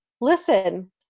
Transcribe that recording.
listen